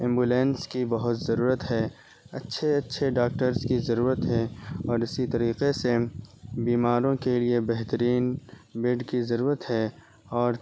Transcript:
ambulance کی بہت ضرورت ہے اچھے اچھے ڈاکٹرز کی ضرورت ہے اور اسی طریقے سے بیماروں کے لیے بہترین بیڈ کی ضرورت ہے اور